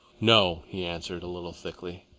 no! he answered, a little thickly.